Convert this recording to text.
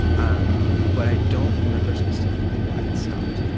um but i don't remember specifically why it stopped.